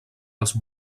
els